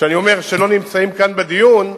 כשאני אומר שלא נמצאים כאן בדיון,